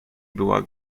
była